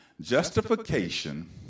Justification